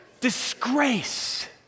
Disgrace